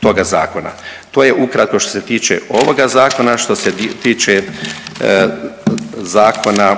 toga zakona. To je ukratko što se tiče ovoga zakona. Što se tiče Zakona